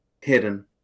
hidden